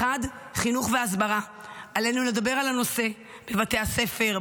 1. חינוך והסברה: עלינו לדבר על הנושא בבתי הספר,